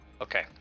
okay